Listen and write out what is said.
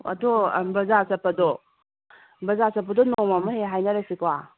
ꯑꯗꯣ ꯕꯖꯥꯔ ꯆꯠꯄꯗꯣ ꯕꯖꯥꯔ ꯆꯠꯄꯗꯣ ꯅꯣꯡꯃ ꯑꯃ ꯍꯦꯛ ꯍꯥꯏꯅꯔꯁꯤꯀꯣ